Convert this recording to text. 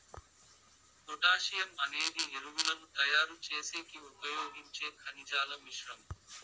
potassium అనేది ఎరువులను తయారు చేసేకి ఉపయోగించే ఖనిజాల మిశ్రమం